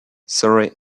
surrey